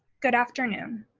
good afternoon,